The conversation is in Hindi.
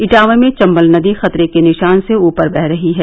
इटावा में चम्बल नदी खतरे के निशान से ऊपर बह रही है